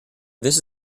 this